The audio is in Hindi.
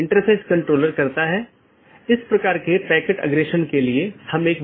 अपडेट मेसेज का उपयोग व्यवहार्य राउटरों को विज्ञापित करने या अव्यवहार्य राउटरों को वापस लेने के लिए किया जाता है